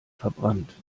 verbrannt